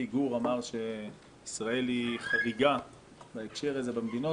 גור בליי אמר שישראל היא חריגה בהקשר הזה במדינות,